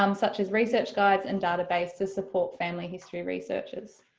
um such as research guides and databases to support family history researchers.